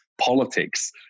politics